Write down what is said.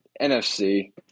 NFC